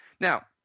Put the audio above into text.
Now